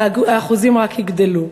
האחוזים רק יגדלו.